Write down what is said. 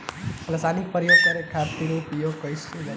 रसायनिक प्रयोग करे खातिर का उपयोग कईल जाइ?